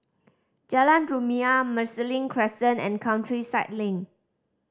Jalan Rumia Marsiling Crescent and Countryside Link